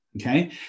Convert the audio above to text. Okay